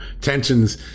tensions